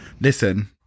Listen